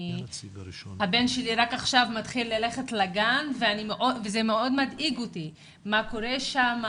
הבן שלי מתחיל רק עכשיו ללכת לגן וזה מאוד מדאיג אותי מה קורה שם.